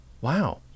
Wow